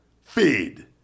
Feed